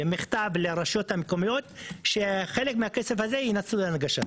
במכתב לרשויות המקומיות שחלק מהכסף הזה ינצלו להנגשה.